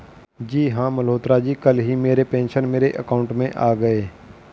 जी हां मल्होत्रा जी कल ही मेरे पेंशन मेरे अकाउंट में आ गए